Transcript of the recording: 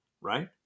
right